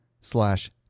slash